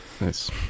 Nice